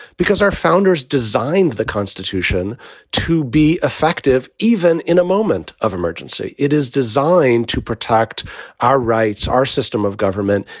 because our founders designed the constitution to be effective even in a moment of emergency. it is designed to protect our rights, our system of government,